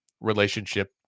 relationship